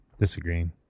Disagreeing